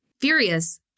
Furious